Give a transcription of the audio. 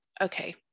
okay